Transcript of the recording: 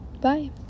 bye